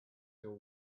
till